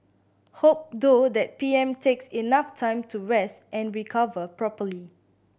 hope though that P M takes enough time to rest and recover properly